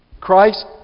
Christ